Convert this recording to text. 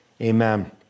Amen